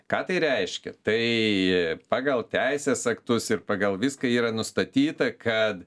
ką tai reiškia tai pagal teisės aktus ir pagal viską yra nustatyta kad